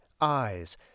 eyes